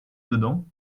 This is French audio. dedans